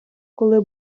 коли